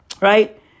right